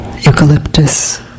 Eucalyptus